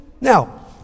Now